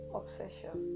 obsession